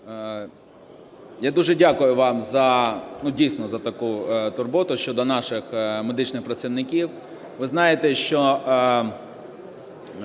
Я дуже дякую вам, дійсно, за таку турботу щодо наших медичних працівників.